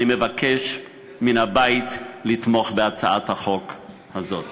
אני מבקש מן הבית לתמוך בהצעת החוק הזאת.